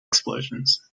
explosions